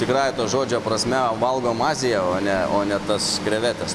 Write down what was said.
tikrąja to žodžio prasme valgom aziją o ne o ne tas krevetes